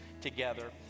together